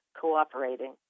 cooperating